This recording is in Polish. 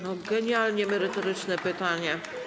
No genialnie merytoryczne pytanie.